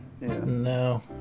No